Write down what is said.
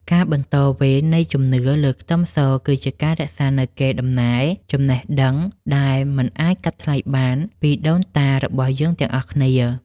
ការបន្តវេននៃជំនឿលើខ្ទឹមសគឺជាការរក្សានូវកេរ្តិ៍ដំណែលចំណេះដឹងដែលមិនអាចកាត់ថ្លៃបានពីដូនតារបស់យើងទាំងអស់គ្នា។